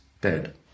dead